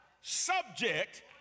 subject